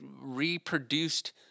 reproduced